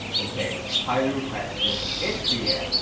okay. highly requested. it's here,